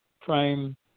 prime